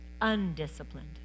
Undisciplined